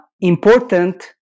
important